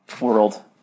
world